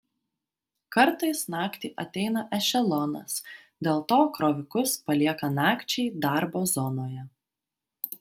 kartais naktį ateina ešelonas dėl to krovikus palieka nakčiai darbo zonoje